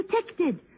protected